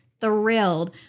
thrilled